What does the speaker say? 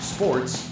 Sports